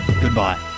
goodbye